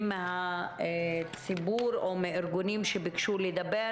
לנציגים מהציבור או מארגונים שביקשו לדבר.